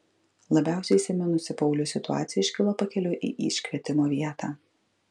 labiausiai įsiminusi pauliui situacija iškilo pakeliui į iškvietimo vietą